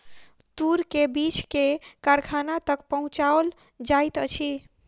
तूर के बीछ के कारखाना तक पहुचौल जाइत अछि